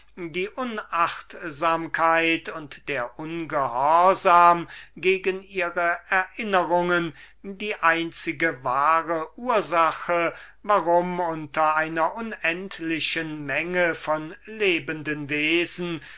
die unachtsamkeit und der ungehorsam gegen ihre erinnerungen die einzige wahre ursache warum unter einer unendlichen menge von lebenden wesen